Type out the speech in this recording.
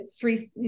three